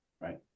right